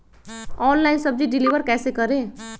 Online सब्जी deliver कैसे करें?